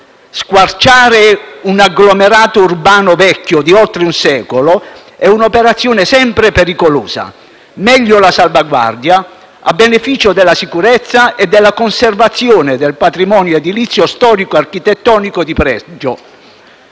Squarciare un agglomerato urbano vecchio di oltre un secolo è un'operazione sempre pericolosa. Meglio la salvaguardia, a beneficio della sicurezza e della conservazione del patrimonio edilizio storico e architettonico di pregio.